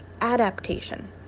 adaptation